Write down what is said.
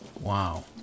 Wow